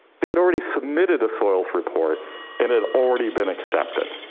they had already submitted a soils report and had already been accepted.